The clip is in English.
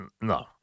No